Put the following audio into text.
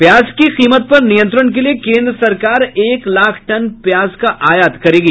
प्याज की कीमत पर नियंत्रण के लिए केन्द्र सरकार एक लाख टन प्याज का आयात करेगी